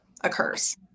occurs